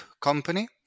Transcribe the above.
company